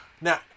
Now